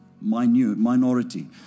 minority